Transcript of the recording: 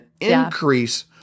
increase